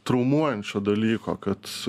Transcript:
traumuojančio dalyko kad